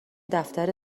دفتر